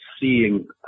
seeing